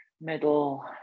middle